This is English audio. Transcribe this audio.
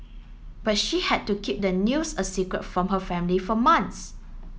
but she had to keep the news a secret from her family for months